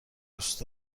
دوست